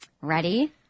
ready